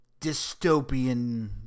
Dystopian